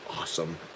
awesome